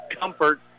comfort